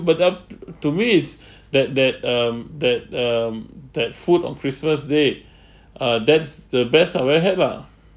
but up to me it's that that um that um that food on christmas day uh that's the best I ever had lah